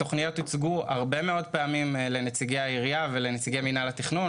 התוכניות הוצגו הרבה מאוד פעמים לנציגי העירייה ולנציגי מנהל התכנון.